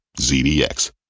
ZDX